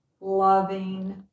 loving